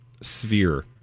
sphere